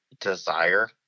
desire